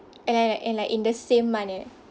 and then and like in the same month eh